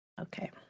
okay